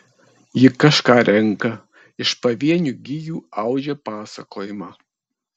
ji kažką renka iš pavienių gijų audžia pasakojimą